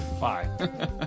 Bye